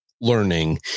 learning